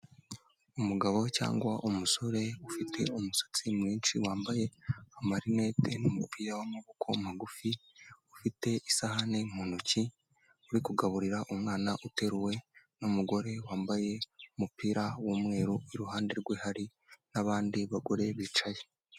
Umugabo cyangwa umusore ufite umusatsi mwinshi, wambaye amarinette n’umupira w'amaboko magufi, ufite isahani mu ntoki, uri kugaburira umwana uteruwe n’umugore wambaye umupira w’umweru iruhande rwe hari n’abandi bagore bicaye.